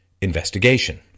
investigation